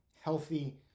healthy